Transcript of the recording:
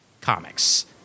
Comics